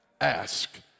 ask